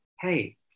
hey